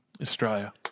Australia